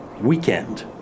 weekend